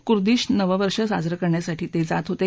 Kurdish नव वर्ष साजरं करण्यासाठी ते जात होते